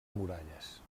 muralles